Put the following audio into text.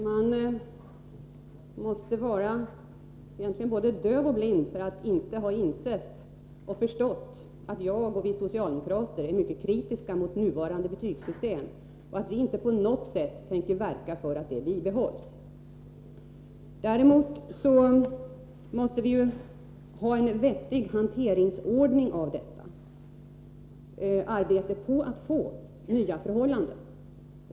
Herr talman! Egentligen måste man vara både döv och blind om man inte insett, och förstått, att vi socialdemokrater är mycket kritiska mot det nuvarande betygssystemet. Inte på något sätt tänker vi verka för att detta bibehålls. Däremot måste vi ha en vettig hanteringsordning när det gäller arbetet med att få till stånd en ändring av nuvarande förhållanden.